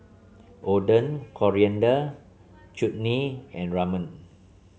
Oden Coriander Chutney and Ramen